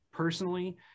Personally